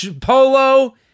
polo